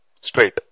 straight